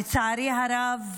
לצערי הרב,